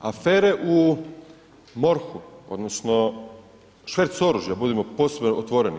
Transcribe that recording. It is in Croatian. Afere u MORH-u odnosno švercu oružja, budimo posve otvoreni.